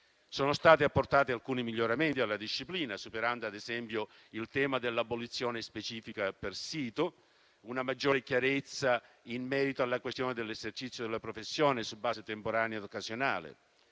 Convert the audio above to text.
Sono stati apportati alcuni miglioramenti alla disciplina, superando ad esempio il tema dell'abolizione specifica per sito; è stata fatta maggiore chiarezza in merito alla questione dell'esercizio della professione su base temporanea occasionale.